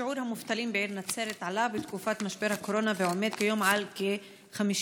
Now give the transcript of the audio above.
שיעור המובטלים בעיר נצרת עלה בתקופת משבר הקורונה ועומד כיום על כ-53%.